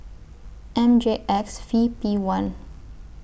M J X V P one